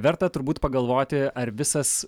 verta turbūt pagalvoti ar visas